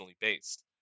based